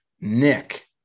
Nick